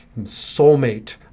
soulmate